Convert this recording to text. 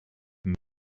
can